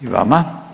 I vama.